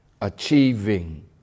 achieving